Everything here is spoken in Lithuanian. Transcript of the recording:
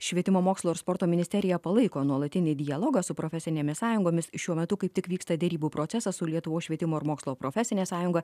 švietimo mokslo ir sporto ministerija palaiko nuolatinį dialogą su profesinėmis sąjungomis šiuo metu kaip tik vyksta derybų procesas su lietuvos švietimo ir mokslo profesinė sąjunga